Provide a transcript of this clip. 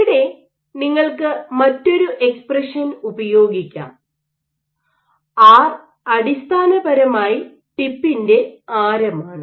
ഇവിടെ നിങ്ങൾക്ക് മറ്റൊരു എക്സ്പ്രഷൻ ഉപയോഗിക്കാം ആർ അടിസ്ഥാനപരമായി ടിപ്പിന്റെ ആരമാണ്